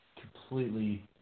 completely